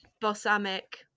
Balsamic